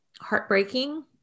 heartbreaking